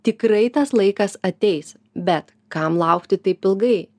tikrai tas laikas ateis bet kam laukti taip ilgai